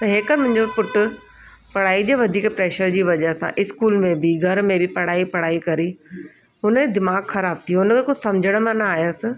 त हेकर मुंहिंजो पुटु पढ़ाईअ जे वधीक प्रेशर जी वजह सां स्कूल में बि घर में बि पढ़ाई पढ़ाई करी हुनजो दिमाग़ ख़राब थी वियो हुन खे कुझु समिझण में न आयुसि